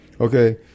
Okay